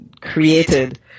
created